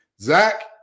Zach